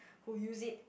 who use it